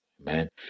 Amen